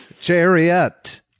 chariot